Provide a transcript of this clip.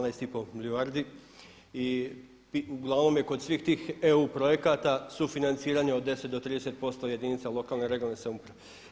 12 i pol milijardi i uglavnom je kod svih tih EU projekata sufinanciranje od 10 do 30% jedinica lokalne i regionalne samouprave.